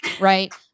right